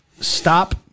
Stop